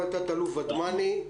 תא"ל ודמני,